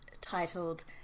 titled